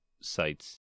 sites